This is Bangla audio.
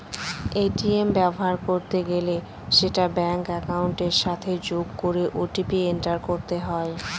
এ.টি.এম ব্যবহার করতে গেলে সেটা ব্যাঙ্ক একাউন্টের সাথে যোগ করে ও.টি.পি এন্টার করতে হয়